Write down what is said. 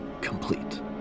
complete